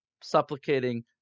supplicating